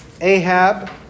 Ahab